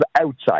outside